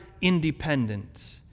independent